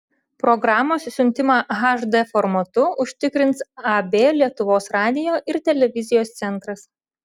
programos siuntimą hd formatu užtikrins ab lietuvos radijo ir televizijos centras